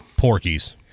Porkies